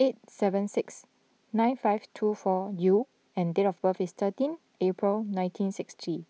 eight seven six nine five two four U and date of birth is thirteen April nineteen sixty